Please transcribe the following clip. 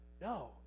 No